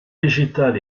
végétal